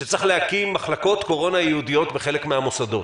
שצריך להקים מחלקות קורונה ייעודיות בחלק מהמוסדות.